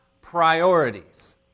priorities